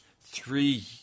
three